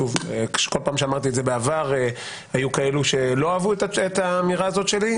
בכל פעם שאמרתי את זה בעבר היו כאלו שלא אהבו את האמירה הזאת שלי,